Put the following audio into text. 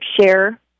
share